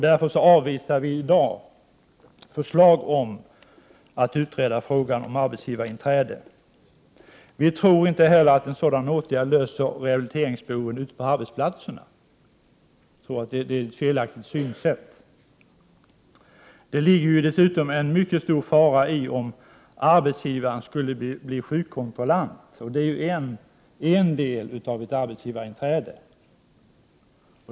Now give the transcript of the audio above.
Därför avvisar vi i dag förslaget om att man skall utreda frågan om arbetsgivarinträde. Vi tror inte heller att en sådan åtgärd löser rehabiliteringsbehoven ute på arbetsplatserna. Det är ett felaktigt synsätt. Det ligger dessutom en mycket stor fara i om arbetsgivaren skulle bli sjukkontrollant. Det är ju en del av arbetsgivarinträdet.